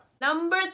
Number